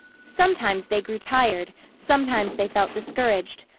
sometimes they grew tired, sometimes they felt discouraged,